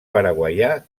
paraguaià